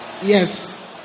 Yes